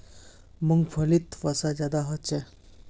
मूंग्फलीत वसा ज्यादा होचे